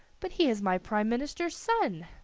but he is my prime minister's son!